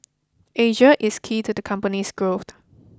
Asia is key to the company's growth